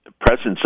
presence